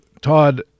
Todd